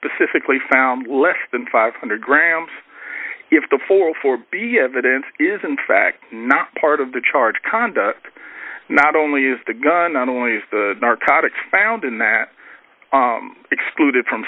specifically found less than five hundred grams if the four for the evidence is in fact not part of the charge conduct not only is the gun not only is the narcotics found in that excluded from